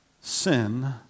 sin